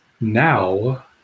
now